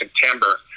September